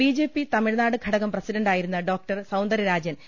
BJP Tamil Nadu ഘടകം പ്രസിഡന്റാ യിരുന്ന സൌന്ദരാ ജൻ ഡോ